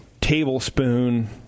tablespoon